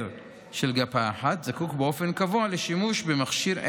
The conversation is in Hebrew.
של גפה אחת זקוק באופן קבוע לשימוש במכשיר עזר.